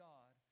God